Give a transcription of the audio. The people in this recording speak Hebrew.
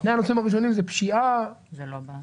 שני הנושאים הראשונים זה פשיעה וכולי.